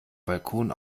balkon